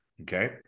Okay